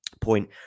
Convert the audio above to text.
point